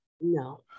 No